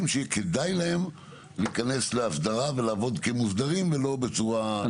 שכדאי להם להיכנס להסדרה ולעבוד כמוסדרים ולא בצורה אחרת.